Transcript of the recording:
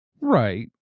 Right